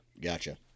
Gotcha